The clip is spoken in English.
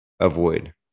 avoid